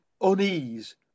unease